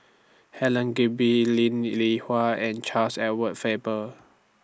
Helen Gilbey Linn Li Hua and Charles Edward Faber